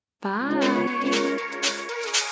Bye